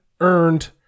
earned